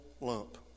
lump